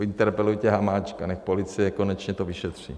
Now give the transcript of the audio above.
Interpelujte Hamáčka, nech policie konečně to vyšetří.